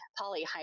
polyhybrid